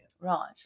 Right